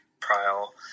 trial